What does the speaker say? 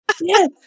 Yes